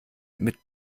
mit